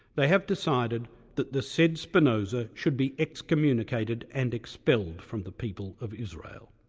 they have decided that the said spinoza should be excommunicated and expelled from the people of israel.